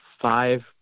five